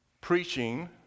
preaching